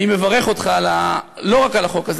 אני מברך אותך לא רק על החוק הזה,